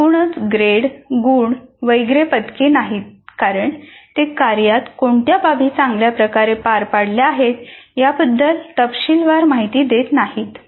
एकूणच ग्रेड गुण वगैरे पदके नाहीत कारण ते कार्यात कोणत्या बाबी चांगल्या प्रकारे पार पाडल्या आहेत याबद्दल तपशीलवार माहिती देत नाहीत